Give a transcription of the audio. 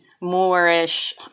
moorish